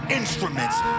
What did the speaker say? instruments